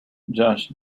josh